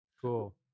Cool